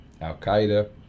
al-Qaeda